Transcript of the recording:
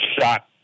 shot